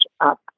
up